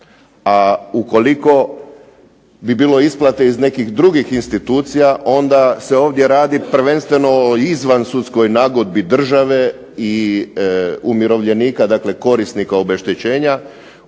a ukoliko bi bilo isplate iz nekih drugih institucija onda se tu radi o izvansudskoj nagodbi države i umirovljenika dakle korisnika obeštećenja,